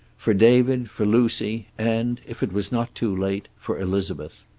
for david, for lucy, and, if it was not too late, for elizabeth.